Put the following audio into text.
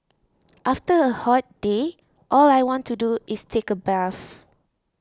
after a hot day all I want to do is take a bath